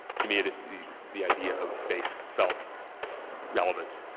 to me the idea of space felt relevant.